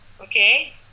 Okay